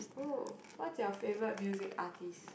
!wow! what's your favourite music artist